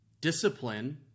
discipline